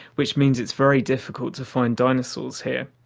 which means it's very difficult to find dinosaurs here.